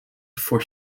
for